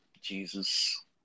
Jesus